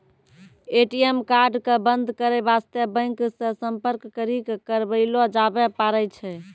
ATM card क बन्द करै बास्ते बैंक से सम्पर्क करी क करबैलो जाबै पारै छै